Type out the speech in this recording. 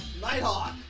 Nighthawk